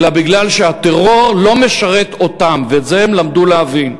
אלא כי הטרור לא משרת אותם, ואת זה הם למדו להבין.